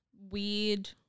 weird